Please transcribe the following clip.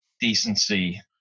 decency